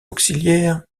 auxiliaire